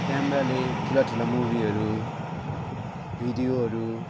क्यामेराले ठुला ठुला मुभीहरू भिडियोहरू